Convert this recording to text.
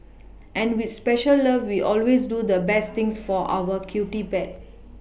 and with special love we always do the best things for our cutie pet